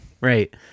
Right